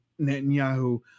Netanyahu